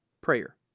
Prayer